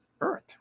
Earth